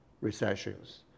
recessions